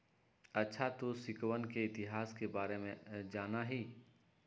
अच्छा तू सिक्कवन के इतिहास के बारे में जाना हीं?